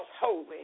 holy